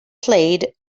played